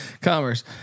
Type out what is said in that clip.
commerce